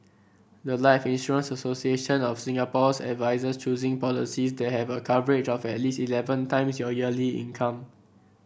the life Insurance Association of Singapore's advises choosing policies that have a coverage of at least eleven times your yearly income